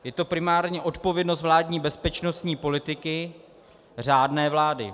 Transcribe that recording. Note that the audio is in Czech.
Je to primárně odpovědnost vládní bezpečnostní politiky řádné vlády.